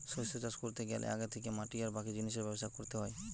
শস্য চাষ কোরতে গ্যালে আগে থিকে মাটি আর বাকি জিনিসের ব্যবস্থা কোরতে হয়